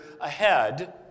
ahead